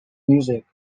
music